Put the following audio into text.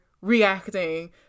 reacting